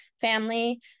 family